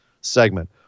segment